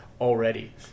already